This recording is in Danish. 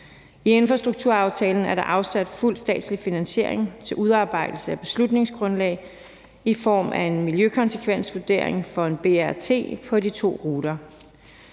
I infrastrukturaftalen er der afsat fuld statslig finansiering til udarbejdelse af beslutningsgrundlag i form af en miljøkonsekvensvurdering for en BRT på de to ruter.